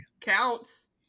Counts